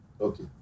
Okay